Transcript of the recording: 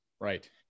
Right